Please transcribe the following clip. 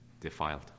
defiled